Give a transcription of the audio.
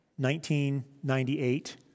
1998